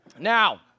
Now